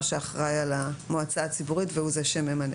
שאחראי על המועצה הציבורית והוא זה שממנה.